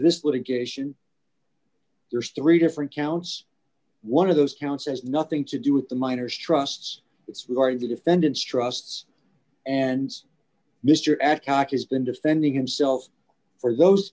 this litigation there's three different counts one of those counts as nothing to do with the miners trusts it's regarding the defendant's trusts and mr act cocky has been defending himself for those